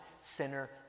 sinner